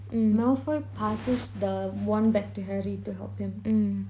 mm malfoy passes the wand back to harry to help him